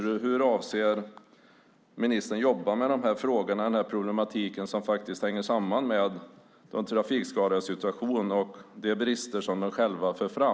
Hur avser alltså ministern att jobba med de här frågorna och den här problematiken som faktiskt hänger samman med de trafikskadades situation och med de brister som de själva för fram?